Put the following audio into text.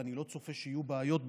ואני לא צופה שיהיו בעיות בפיילוט,